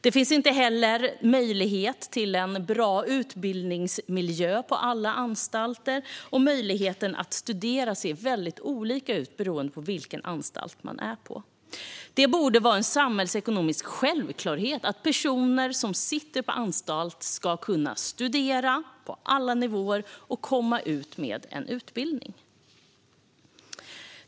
Det finns inte heller möjlighet till en bra utbildningsmiljö på alla anstalter, och möjligheten att studera ser väldigt olika ut beroende på vilken anstalt man är på. Det borde vara en samhällsekonomisk självklarhet att personer som sitter på anstalt ska kunna studera på alla nivåer och komma ut med en utbildning.